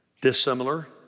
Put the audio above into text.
dissimilar